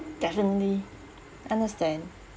definitely understand